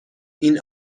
این